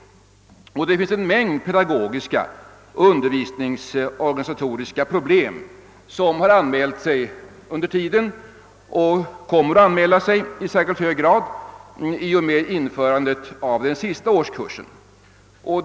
Det finns en mängd pedagogiska och undervisningsorganisatoriska problem som under tiden har anmält sig och som kommer att anmäla sig i särskilt hög grad i och med genomförandet av den sista årskursen.